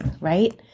right